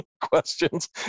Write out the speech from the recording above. questions